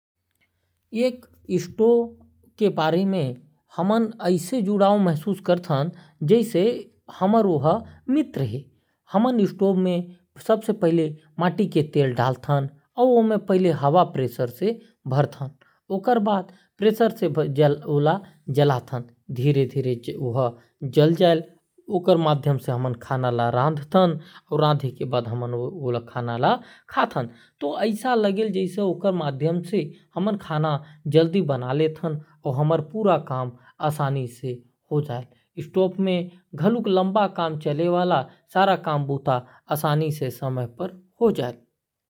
स्टोव के बारे में एक अलग जुड़ाव महसूस कर थो। जैसे ओहर हमर मित्र है ओमे हमन माटी तेल ला डाल थन फिर धीरे धीरे प्रेशर बना के ओला जला थन। फिर खाना ल रांधथन एकर सहायता से काम बुता जल्दी होजायल।